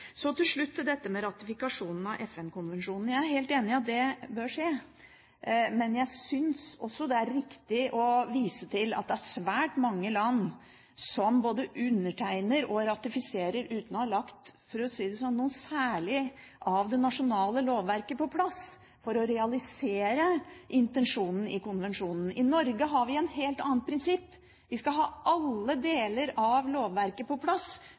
Til slutt til dette med ratifikasjon av FN-konvensjonen. Jeg er helt enig i at det bør skje, men jeg synes også det er riktig å vise til at det er svært mange land som både undertegner og ratifiserer uten å ha lagt – for å si det sånn – noe særlig av det nasjonale lovverket på plass for å realisere intensjonen i konvensjonen. I Norge har vi et helt annet prinsipp. Vi skal ha alle deler av lovverket på plass